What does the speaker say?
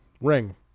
ring